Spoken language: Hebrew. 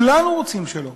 כולנו רוצים שלום.